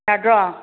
ꯌꯥꯗ꯭ꯔꯣ